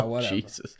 Jesus